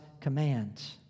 commands